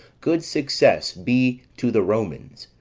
good success be to the romans,